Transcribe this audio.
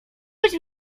być